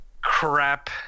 crap